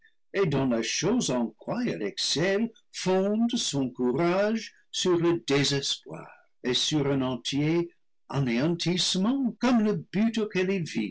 et dans la chose en quoi il excelle fonde son courage sur le désespoir et sur un entier anéantissement comme le but